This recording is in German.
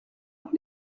auch